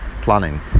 planning